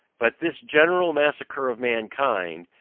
but this general massacre of mankind,